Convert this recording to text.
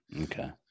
Okay